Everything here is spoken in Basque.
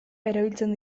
erabiltzen